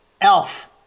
Elf